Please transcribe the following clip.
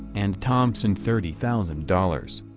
and thompson thirty thousand dollars.